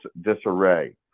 disarray